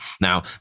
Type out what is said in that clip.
Now